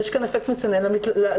יש כאן אפקט מצנן לדיווחים,